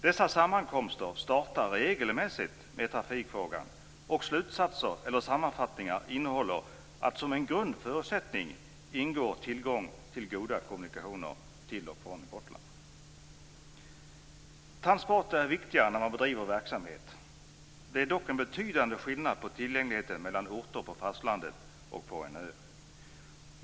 Dessa sammankomster startar regelmässigt med trafikfrågan, och i slutsatserna eller sammanfattningarna ingår alltid att tillgång till goda kommunikationer till och från Gotland är en grundförutsättning. Transporter är viktiga när man bedriver verksamhet. Det är dock en betydande skillnad i tillgänglighet mellan orter på fastlandet och på en ö.